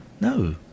No